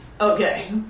Okay